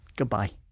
goodbye